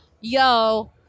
yo